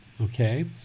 okay